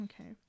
okay